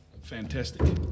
Fantastic